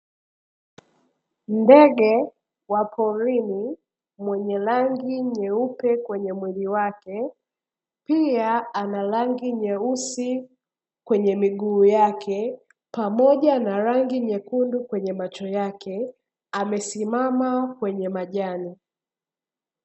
Ndege wa porini mwenye rangi nyeupe kwenye mwili wake, pia ana rangi nyeusi kwenye miguu yake, pamoja na rangi nyekundu kwenye macho yake, amesimama kwenye majani.